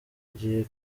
gihe